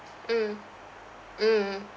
mm mm